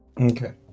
Okay